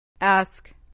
Ask